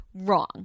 Wrong